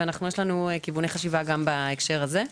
יש לנו כיווני חשיבה גם בהקשר הזה.